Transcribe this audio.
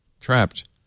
Trapped